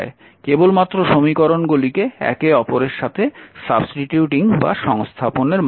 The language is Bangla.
কেবলমাত্র সমীকরণগুলিকে একে অপরের সাথে সংস্থাপন এর মাধ্যমে